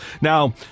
Now